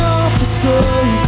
officer